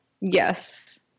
yes